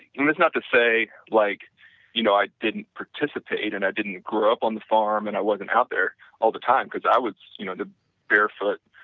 it was not to say, like you know i didn't participate and i didn't grow up on the farm and i wasn't out there all the time, because i was you know the barefoot,